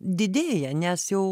didėja nes jau